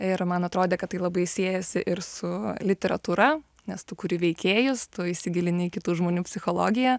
ir man atrodė kad tai labai siejasi ir su literatūra nes tu kuri veikėjus tu įsigilini į kitų žmonių psichologiją